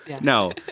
No